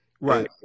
Right